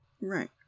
Right